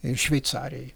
ir šveicarijai